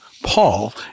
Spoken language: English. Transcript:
Paul